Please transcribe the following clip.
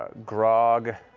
grog,